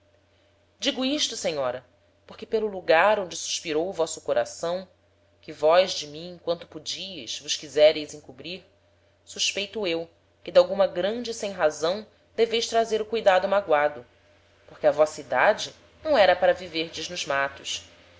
digo isto senhora porque pelo lugar onde suspirou vosso coração que vós de mim quanto podieis vos quisereis encobrir suspeito eu que d'alguma grande sem-razão deveis trazer o cuidado magoado porque a vossa edade não era para viverdes nos matos